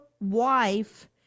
wife